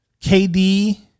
KD